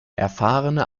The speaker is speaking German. erfahrene